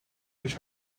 which